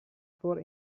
for